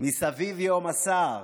"מסביב יהום הסער,